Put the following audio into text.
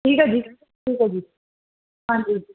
ਠੀਕ ਆ ਜੀ ਠੀਕ ਆ ਜੀ ਹਾਂਜੀ